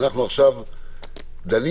עכשיו אנחנו דנים